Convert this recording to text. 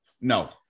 no